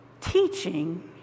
Teaching